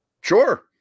Sure